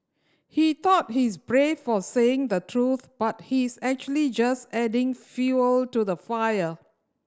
he thought he's brave for saying the truth but he's actually just adding fuel to the fire